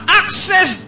access